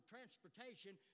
Transportation